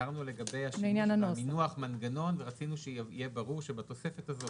הערנו לגבי השימוש במינוח מנגנון ורצינו שיהיה ברור שבתוספת הזאת